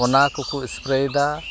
ᱚᱱᱟᱠᱚ ᱠᱚ ᱥᱯᱨᱮᱭᱮᱫᱟ